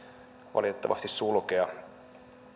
valitettavasti sulkea